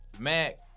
Mac